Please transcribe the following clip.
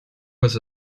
was